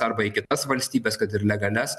arba kitas valstybes kad ir legalias